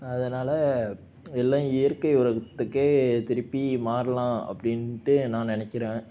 அதனால் எல்லாம் இயற்கை உரத்துக்கே திருப்பி மாறலாம் அப்படின்ட்டு நான் நினைக்கிறேன்